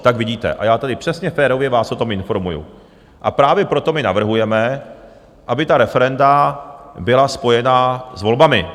Tak vidíte, já tady přesně, férově vás o tom informuji, a právě proto my navrhujeme, aby referenda byla spojena s volbami.